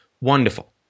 wonderful